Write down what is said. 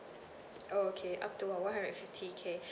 oh okay up to uh one hundred fifty K